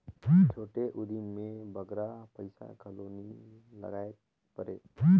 छोटे उदिम में बगरा पइसा घलो नी लगाएक परे